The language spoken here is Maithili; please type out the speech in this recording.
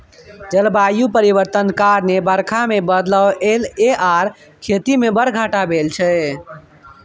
जलबायु परिवर्तन कारणेँ बरखा मे बदलाव एलय यै आर खेती मे बड़ घाटा भेल छै